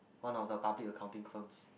one of the public accounting firms